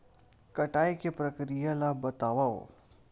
कटाई के प्रक्रिया ला बतावव?